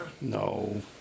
No